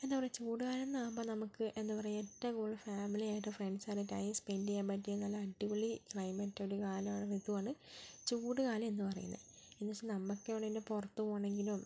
എന്താ പറയുക ചൂടുകാലം എന്നാകുമ്പോൾ നമുക്ക് എന്താ പറയുക ഏറ്റവും കൂടുതൽ ഫാമിലി ആയിട്ടും ഫ്രണ്ട്സ് ആലും ടൈം സ്പെൻ്റ് ചെയ്യാൻ പറ്റിയ നല്ല അടിപൊളി ക്ലൈമറ്റ് ഒരു കാലമാണ് ഋതുവാണ് ചൂടുകാലം എന്ന് പറയുന്നത് എന്നുവെച്ചാൽ നമുക്കെവിടെയെങ്കിലും പുറത്ത് പോകണമെങ്കിലും